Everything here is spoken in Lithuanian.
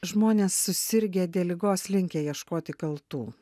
žmonės susirgę dėl ligos linkę ieškoti kaltų